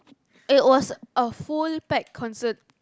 it was a full packed concert